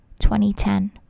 2010